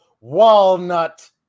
Walnut